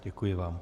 Děkuji vám.